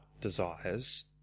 desires